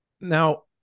Now